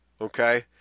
okay